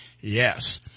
Yes